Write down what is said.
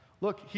look